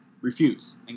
refuse